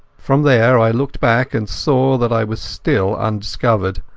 from there i looked back, and saw that i was still undiscovered.